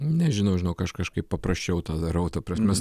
nežinau žinok aš kažkaip paprasčiau tą darau ta prasme